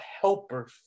helper